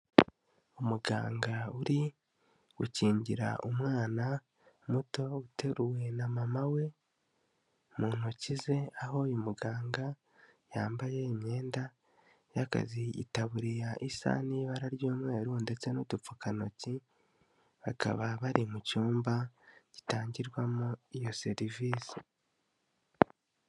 Umuganga urigukingira umwana muto uteruwe na mama we mu ntoki ze. Aho uyu muganga yambaye imyenda y'akazi itaburiya isa n'ibara ry'umweru ndetse n'udupfukantoki. Bakaba bari mu cyumba gitangirwamo iyo serivisi.